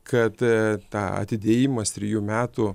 kad tą atidėjimas trejų metų